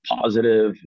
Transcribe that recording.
positive